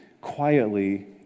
quietly